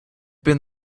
been